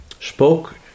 spoke